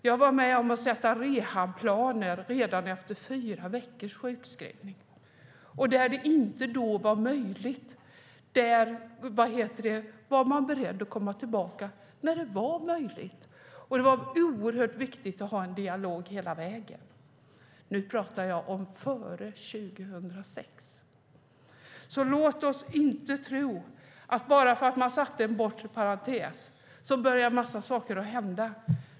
Jag var med om att sätta in rehabplaner redan efter fyra veckors sjukskrivning. Där det inte var möjligt var man beredd att komma tillbaka när det var möjligt. Det var oerhört viktigt att ha en dialog hela vägen. Nu pratar jag om tiden före 2006. Låt oss inte tro att bara för att man satte en bortre parentes så började en massa saker hända.